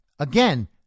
Again